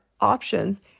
options